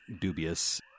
dubious